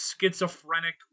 Schizophrenic